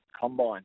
Combine